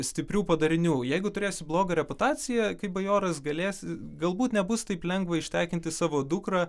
stiprių padarinių jeigu turėsi blogą reputaciją kaip bajoras galėsi galbūt nebus taip lengva ištekinti savo dukrą